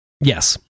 Yes